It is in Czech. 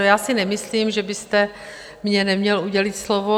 Já si nemyslím, že byste mně neměl udělit slovo.